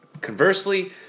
Conversely